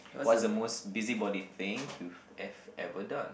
what's the most busybody thing you have ever done